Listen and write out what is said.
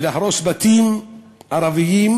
ולהרוס בתים ערביים,